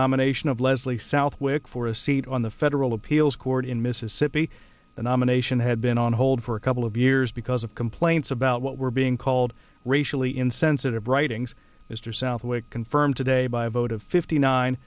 nomination of leslie southwick for a seat on the federal appeals court in mississippi the nomination had been on hold for a couple of years because of complaints about what were being called racially insensitive writings mr southwick confirmed today by a vote of fifteen nine